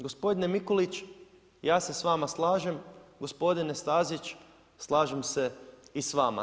Gospodine Mikulić ja se s vama slažem, gospodin Stazić, slažem se i s vama.